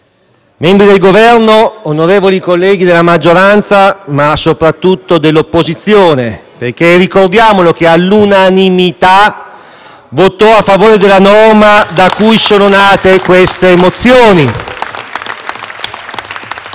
membri del Governo, onorevoli colleghi della maggioranza ma, soprattutto, dell'opposizione, che - ricordiamolo - all'unanimità votò a favore della norma da cui sono nate le mozioni